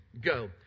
Go